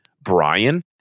Brian